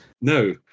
No